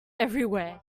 everywhere